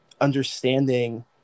understanding